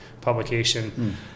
publication